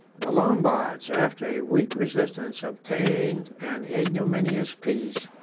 the lombards, after a weak resistance, obtained an ignominious peace,